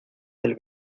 del